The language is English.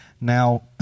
Now